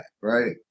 Right